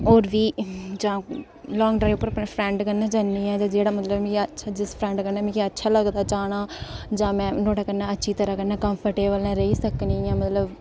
ते होर बी जां लॉंग ड्राइव उप्पर अपनी फ्रैंड कन्नै जन्नी आं जेह्ड़ा मतलब मीं अच्छा जिस फ्रैंड कन्नै अच्छा लगदा जाना जां में नोआड़े कन्नै अच्छी तरह् कन्नै कम्फर्टेवल कन्नै रेही सकनी आं मतलब